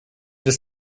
des